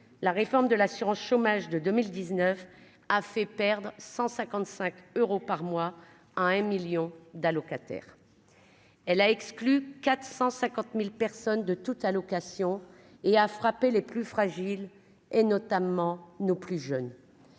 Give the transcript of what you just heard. la réforme de l'assurance-chômage de 2019 a fait perdre 155 euros par mois à un 1000000 d'allocataires, elle a exclu 450000 paires. De toute allocation et à frapper les plus fragiles et notamment nos plus jeunes,